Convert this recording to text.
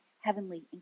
heavenly